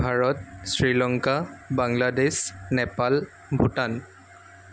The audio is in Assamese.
ভাৰত শ্ৰীলংকা বাংলাদেশ নেপাল ভূটান